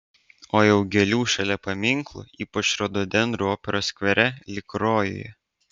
o jau gėlių šalia paminklų ypač rododendrų operos skvere lyg rojuje